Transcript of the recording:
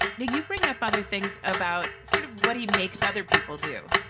do you bring up other things about sort of what he makes other people do,